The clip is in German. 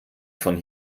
von